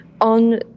on